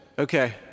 Okay